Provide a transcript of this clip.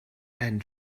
and